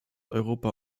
europa